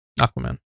Aquaman